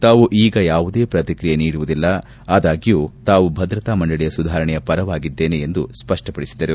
ತಾವು ಈಗ ಯಾವುದೇ ಪ್ರತಿಕ್ರಿಯೆ ನೀಡುವುದಿಲ್ಲ ಆದಾಗ್ಯೂ ತಾವು ಭದ್ರತಾ ಮಂಡಳಿಯ ಸುಧಾರಣೆಯ ಪರವಾಗಿದ್ದೇನೆ ಎಂದು ಸ್ಪಷ್ಟಪಡಿಸಿದರು